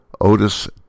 Otis